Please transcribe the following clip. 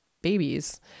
babies